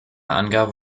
angabe